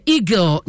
Eagle